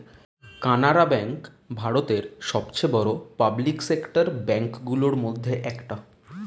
Canara bank ভারতের সবচেয়ে বড় পাবলিক সেক্টর ব্যাঙ্ক গুলোর মধ্যে একটা